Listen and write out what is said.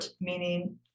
meaning